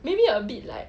maybe a bit like